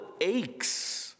aches